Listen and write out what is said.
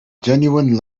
genuine